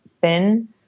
thin